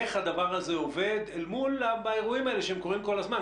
איך הדבר הזה עובד אל מול האירועים הללו שקורים כל הזמן.